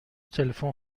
تلفن